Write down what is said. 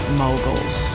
moguls